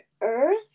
Earth